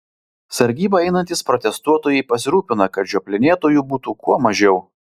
sargybą einantys protestuotojai pasirūpina kad žioplinėtojų būtų kuo mažiau